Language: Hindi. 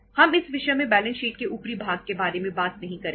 हम इस विषय में बैलेंस शीट के ऊपरी भाग के बारे में बात नहीं करेंगे